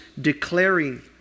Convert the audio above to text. declaring